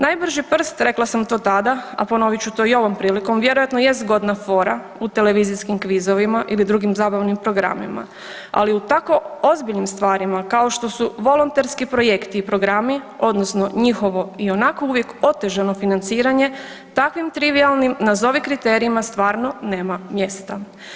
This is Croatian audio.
Najbrži prst rekla sam to tada, a ponovit ću to i ovom prilikom vjerojatno jest zgodna fora u televizijskim kvizovima ili drugim zabavnim programima, ali u tako ozbiljnim stvarima kao što su volonterski projekti i programi odnosno njihovo i onako uvijek otežano financiranje, takvim trivijalnim nazovi kriterijima stvarno nema mjesta.